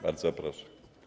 Bardzo proszę.